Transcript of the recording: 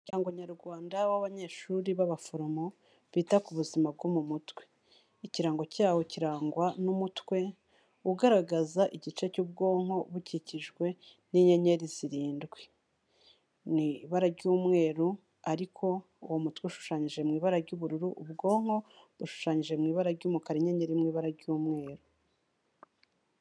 Umuryango Nyarwanda w'abanyeshuri b'abaforomo, bita ku buzima bwo mu mutwe, ikirango cyawo kirangwa n'umutwe, ugaragaza igice cy'ubwonko bukikijwe n'inyenyeri zirindwi, ni ibara ry'umweru ariko uwo mutwe ushushanyije mu ibara ry'ubururu, ubwonko bushushanyije mu ibara ry'umukara, inyenyeri mu ibara ry'umweru.